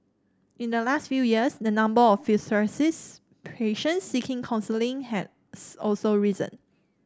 in the last few years the number of psoriasis patients seeking counselling has also risen